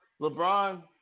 LeBron